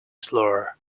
slur